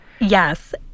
Yes